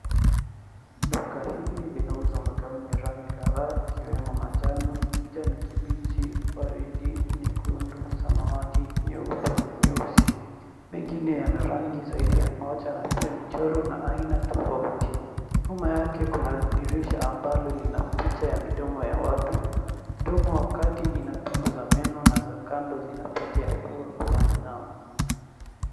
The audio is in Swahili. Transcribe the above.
Duka hili inauza makaoni ya rangi kataa, ikiwemo manjano, kijani kibichi, waridi, nyekundu, zamawati, nyeupe na nyeusi. Mengine yana rangi zaidi ya moja pia mchoro na aina tafauti, nyuma yake kuna dirisha ambalo lina picha ya mdomo ya watu mdomo wa kati ina bingu za meno pete ya pua puani zao.